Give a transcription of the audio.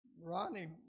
Ronnie